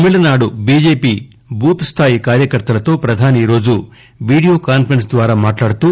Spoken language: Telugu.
తమిళనాడు బిజెపి బూత్ స్లాయి కార్యకర్తలతో ప్రధాని ఈరోజు విడియోకాన్సరెన్స్ ద్వారా మాట్లాడుతూ